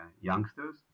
youngsters